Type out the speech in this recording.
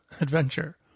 adventure